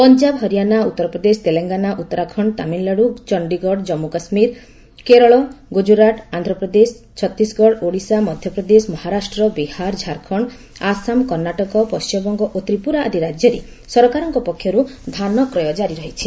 ପଞ୍ଜାବ ହରିୟାଣା ଉତ୍ତରପ୍ରଦେଶ ତେଲେଙ୍ଗାନା ଉତ୍ତରାଖଣ୍ଡ ତାମିଲନାଡୁ ଚଣ୍ଡିଗଡ ଜାମ୍ମୁ ଓ କାଶ୍ମୀର କେରଳ ଗୁଜରାଟ ଆନ୍ଧ୍ରପ୍ରଦେଶ ଛତିଶଗଡ ଓଡିଶା ମଧ୍ୟପ୍ରଦେଶ ମହାରାଷ୍ଟ୍ର ବିହାର ଝାରଖଣ୍ଡ ଆସାମ କର୍ଣ୍ଣାଟକ ପଶ୍ଚିମବଙ୍ଗ ଓ ତ୍ରିପୁରା ଆଦି ରାଜ୍ୟରେ ସରକାରଙ୍କ ପକ୍ଷରୁ ଧାନକ୍ୟ ଜାରି ରହିଛି